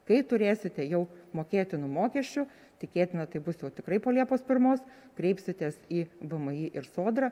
kai turėsite jau mokėtinų mokesčių tikėtina tai bus jau tikrai po liepos pirmos kreipsitės į vmi ir sodrą